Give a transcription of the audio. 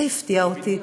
זה הפתיע אותי.